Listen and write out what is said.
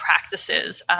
practices